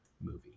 movie